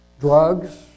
drugs